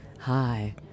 Hi